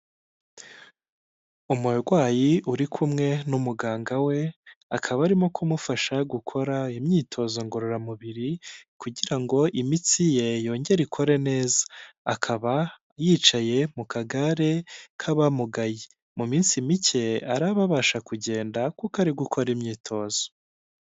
Umurwayi uri kumwe n'umuganga we, akaba arimo kumufasha gukora imyitozo ngororamubiri kugira ngo imitsi ye yongere ikore neza. Akaba yicaye mu kagare k'abamugaye. Mu minsi mike araba abasha kugenda kuko ari gukora imyitozo.